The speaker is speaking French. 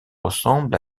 ressemblent